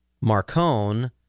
Marcone